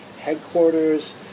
headquarters